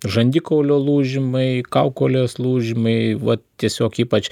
žandikaulio lūžimai kaukolės lūžimai va tiesiog ypač